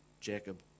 Jacob